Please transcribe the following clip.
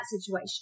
situation